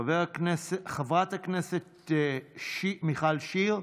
חברת הכנסת מיכל שיר,